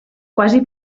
quasi